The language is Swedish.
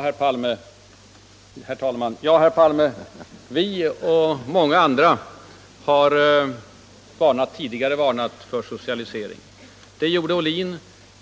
Herr talman! Ja, herr Palme, vi och många andra har tidigare varnat för socialisering. Det gjorde Ohlin,